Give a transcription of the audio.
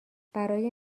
برای